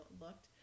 looked